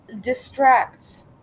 distracts